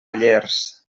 llers